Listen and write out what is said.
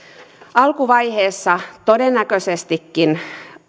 alkuvaiheessa todennäköisestikin